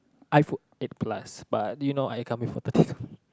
iPhone eight plus but you know I come here for the